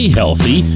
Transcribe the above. healthy